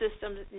systems